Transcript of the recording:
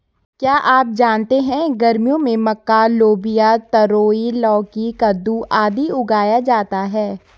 क्या आप जानते है गर्मियों में मक्का, लोबिया, तरोई, लौकी, कद्दू, आदि उगाया जाता है?